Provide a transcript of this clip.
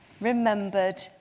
remembered